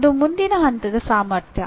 ಅದು ಮುಂದಿನ ಹಂತದ ಸಾಮರ್ಥ್ಯ